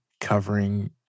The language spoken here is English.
covering